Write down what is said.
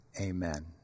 amen